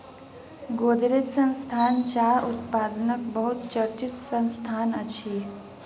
गोदरेज संस्थान चाह उत्पादनक बहुत चर्चित संस्थान अछि